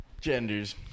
Genders